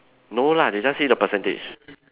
no lah they just say the percentage